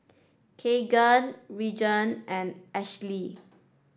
Kaaren Reagan and Ashlie